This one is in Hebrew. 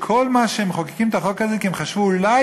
וכל מה שבגללו מחוקקים את החוק זה כי הם חשבו שאולי